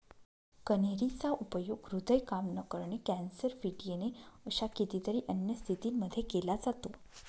कन्हेरी चा उपयोग हृदय काम न करणे, कॅन्सर, फिट येणे अशा कितीतरी अन्य स्थितींमध्ये केला जातो